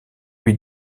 lui